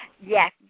Yes